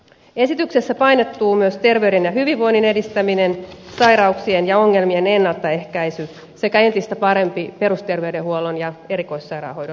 esityksessä painottuu myös terveyden ja hyvinvoinnin edistäminen sairauksien ja ongelmien ennaltaehkäisy sekä entistä parempi perusterveydenhuollon ja erikoissairaanhoidon yhteistyö